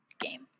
game